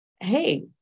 hey